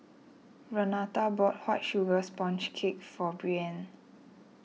Renata bought White Sugar Sponge Cake for Breann